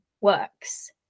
works